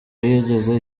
yigeze